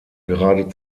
gerade